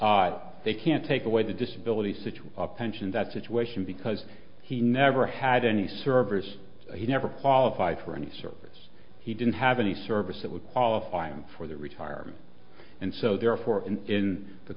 they can't take away the disability situ pension that situation because he never had any service he never qualify for any service he didn't have any service that would qualify him for their retirement and so therefore in